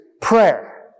prayer